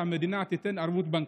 שהמדינה תיתן ערבות בנקאית.